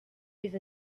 with